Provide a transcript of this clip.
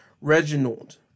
Reginald